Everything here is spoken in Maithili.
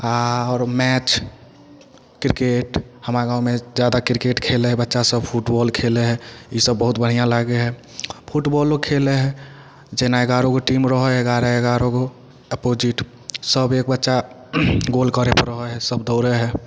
आ आओर मैच क्रिकेट हमरा गाँवमे जादा क्रिकेट खेलै हइ बच्चा सब फुटबॉल खेलै हइ ई सब बहुत बढ़िऑं लागै हइ फुटबौलो खेलै हइ जेना एगारहगो टीम रहै हइ एगारहगो अपोजिट सब एक बच्चा गोल करै हइ सब दौड़ै हइ